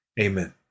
Amen